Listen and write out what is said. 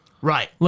Right